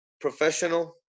professional